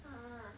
!huh!